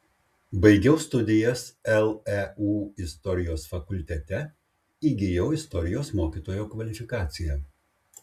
baigiau studijas leu istorijos fakultete įgijau istorijos mokytojo kvalifikaciją